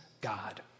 God